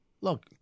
Look